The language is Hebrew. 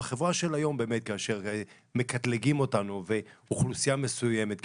בחברה של היום כאשר מקטלגים אותנו ואוכלוסייה מסוימת,